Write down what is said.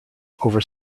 over